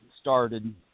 started